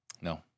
No